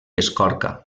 escorca